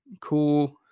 cool